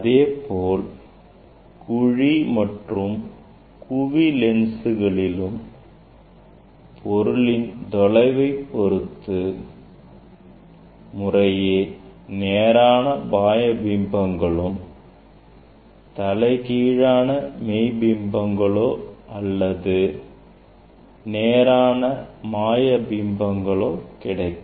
அதேபோல் குவி மற்றும் குழி லென்ஸ்களிலும் பொருளின் தொலைவுகளை பொறுத்து முறையே நேரான மாயபிம்பங்களும் தலைகீழான மெய் பிம்பங்களோ அல்லது நேரான மாய பிம்பங்களோ கிடைக்கும்